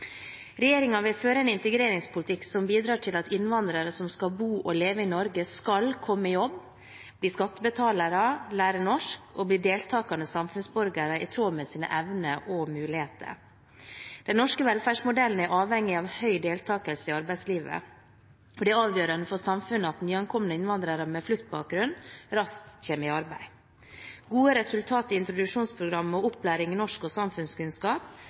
vil føre en integreringspolitikk som bidrar til at innvandrere som skal bo og leve i Norge, skal komme i jobb, bli skattebetalere, lære norsk og bli deltakende samfunnsborgere i tråd med sine evner og muligheter. Den norske velferdsmodellen er avhengig av høy deltakelse i arbeidslivet, og det er avgjørende for samfunnet at nyankomne innvandrere med fluktbakgrunn raskt kommer i arbeid. Gode resultater i introduksjonsprogrammet og opplæring i norsk og samfunnskunnskap